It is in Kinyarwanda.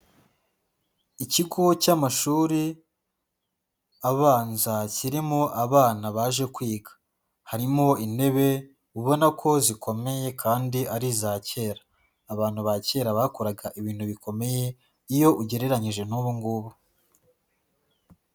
Ikigo cy'amashuri abanza kirimo abana baje kwiga. Harimo intebe ubona ko zikomeye kandi ari iza kera. Abantu ba kera bakoraga ibintu bikomeye, iyo ugereranyije n'ubu ngubu.